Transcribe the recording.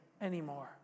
anymore